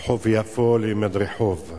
רחוב יפו למדרחוב.